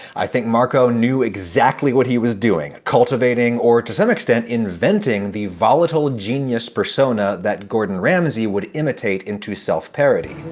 i think marco knew exactly what he was doing, cultivating or, to some extent, inventing the volatile genius persona that gordon ramsay would imitate into self-parody.